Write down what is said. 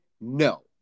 No